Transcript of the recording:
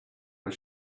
but